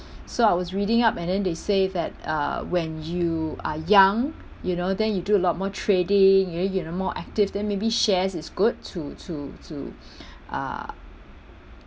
so I was reading up and then they say that uh when you are young you know then you do a lot more trading you know you're more active then maybe shares is good to to to uh